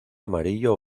amarillo